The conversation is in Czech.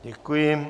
Děkuji.